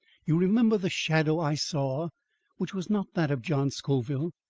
you remember the shadow i saw which was not that of john scoville?